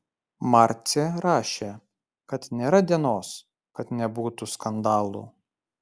marcė rašė kad nėra dienos kad nebūtų skandalų